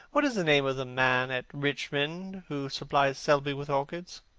what is the name of the man at richmond who supplies selby with orchids?